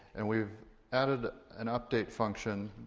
and we've added an update function,